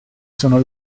sono